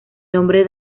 nombre